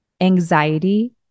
anxiety